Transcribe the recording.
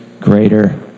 greater